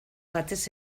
batez